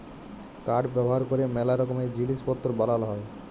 কাঠ ব্যাভার ক্যরে ম্যালা রকমের জিলিস পত্তর বালাল হ্যয়